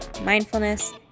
mindfulness